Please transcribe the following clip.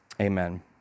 amen